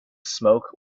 smoke